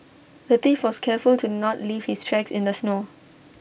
the thief was careful to not leave his tracks in the snow